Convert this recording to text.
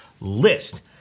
list